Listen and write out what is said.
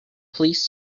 please